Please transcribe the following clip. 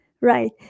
Right